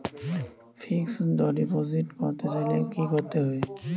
Fixed deposit করতে চাইলে কি করতে হবে?